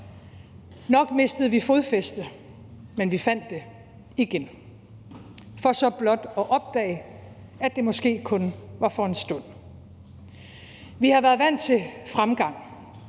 Nok mistede vi fodfæste, men vi fandt det igen – for så blot at opdage, at det måske kun var for en stund. Vi har været vant til fremgang.